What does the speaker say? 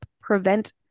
prevent